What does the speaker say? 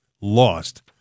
lost